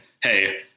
hey